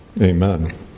Amen